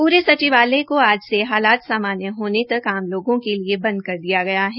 पूरे संचिवालय को आज से हालात सामान्य होने तक आम लोगों के लिए बंद कर दिया गया है